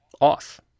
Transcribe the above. off